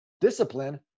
discipline